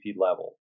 level